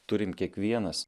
turim kiekvienas